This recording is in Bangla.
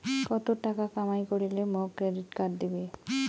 কত টাকা কামাই করিলে মোক ক্রেডিট কার্ড দিবে?